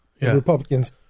Republicans